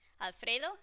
Alfredo